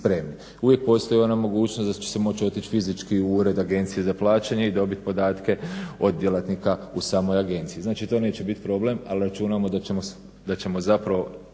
Uvijek postoji ona mogućnost da će se moći otići fizički u ured Agencije za plaćanje i dobit podatke od djelatnika u samoj agenciji. Znači to neće biti problem, ali računamo da ćemo zapravo